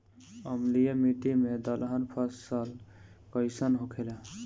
अम्लीय मिट्टी मे दलहन फसल कइसन होखेला?